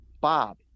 Bob